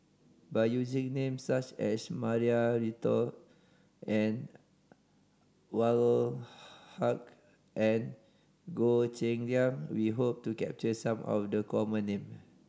by using names such as Maria Hertogh Anwarul Haque and Goh Cheng Liang we hope to capture some of the common name